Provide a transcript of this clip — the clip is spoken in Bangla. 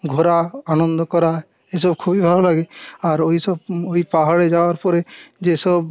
ঘোরা আনন্দ করা এ সব খুবই ভালো লাগে আর ওইসব ওই পাহাড়ে যাওয়ার পরে যে সব